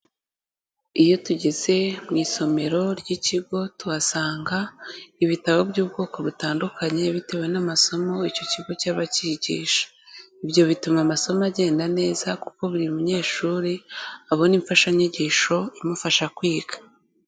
Iyo tugeze mu isomero ry'ikigo tuhasanga ibitabo by'ubwoko butandukanye bitewe n'amasomo icyo kigo cyaba kigisha. Ibyo bituma amasomo agenda neza kuko buri munyeshuri abona imfashanyigisho imufasha kwiga.